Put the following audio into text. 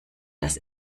das